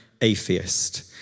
atheist